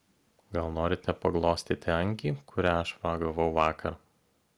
gal norite paglostyti angį kurią aš pagavau vakar